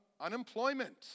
unemployment